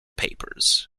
papers